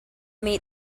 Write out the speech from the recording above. meet